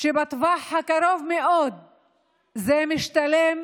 שבטווח הקרוב מאוד זה משתלם